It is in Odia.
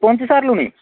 ପହଞ୍ଚି ସାରିଲୁଣି